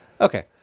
Okay